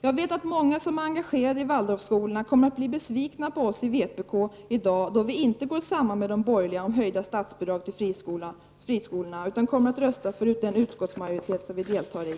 Jag vet att många som är engagerade i Waldorfskolorna kommer att bli besvikna på oss i vpk i dag, då vi inte går samman med de borgerliga om höjda statsbidrag till friskolorna utan kommer att rösta för utskottsmajoritetens avstyrkande.